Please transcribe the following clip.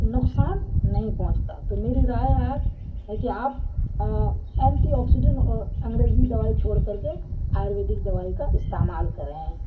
نقصان نہیں پہنچتا تو میری رائے ہے کہ آپ اینٹی آکسیڈنٹ اور انگریزی دوائی چھوڑ کر کے آیوریدک دوائی کا استعمال کریں